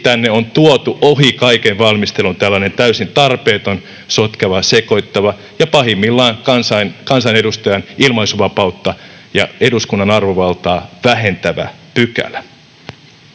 tänne on tuotu ohi kaiken valmistelun tällainen täysin tarpeeton, sotkeva, sekoittava ja pahimmillaan kansanedustajan ilmaisuvapautta ja eduskunnan arvovaltaa vähentävä pykälä.